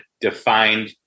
defined